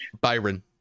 Byron